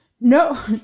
No